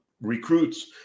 recruits